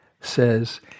says